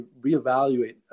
reevaluate